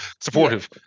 supportive